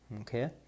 okay